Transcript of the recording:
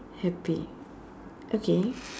happy okay